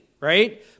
right